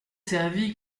servie